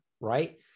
right